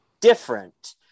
different